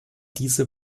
diese